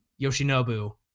Yoshinobu